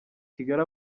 kigali